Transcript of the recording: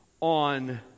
on